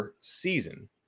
season